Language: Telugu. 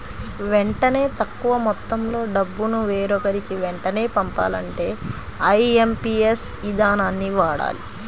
వెంటనే తక్కువ మొత్తంలో డబ్బును వేరొకరికి వెంటనే పంపాలంటే ఐఎమ్పీఎస్ ఇదానాన్ని వాడాలి